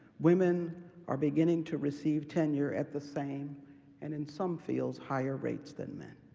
women are beginning to receive tenure at the same and, in some fields, higher rates than men.